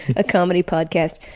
a comedy podcast.